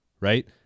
right